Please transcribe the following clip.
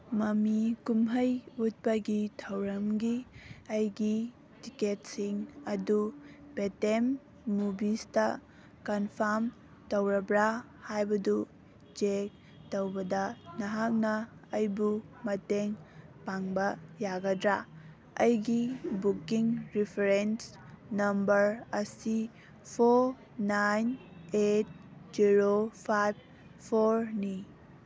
ꯃꯃꯤ ꯀꯨꯝꯍꯩ ꯎꯠꯄꯒꯤ ꯊꯧꯔꯝꯒꯤ ꯑꯩꯒꯤ ꯇꯤꯛꯀꯦꯠꯁꯤꯡ ꯑꯗꯨ ꯄꯦꯇꯦꯝ ꯃꯨꯚꯤꯁꯇ ꯀꯟꯐꯥꯝ ꯇꯧꯔꯕ꯭ꯔꯥ ꯍꯥꯏꯕꯗꯨ ꯆꯦꯛ ꯇꯧꯕꯗ ꯅꯍꯥꯛꯅ ꯑꯩꯕꯨ ꯃꯇꯦꯡ ꯄꯥꯡꯕ ꯌꯥꯒꯗ꯭ꯔꯥ ꯑꯩꯒꯤ ꯕꯨꯛꯀꯤꯡ ꯔꯤꯐ꯭ꯔꯦꯟꯁ ꯅꯝꯕꯔ ꯑꯁꯤ four nine eight zero five ꯐꯣꯔꯅꯤ